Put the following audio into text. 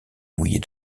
mouillés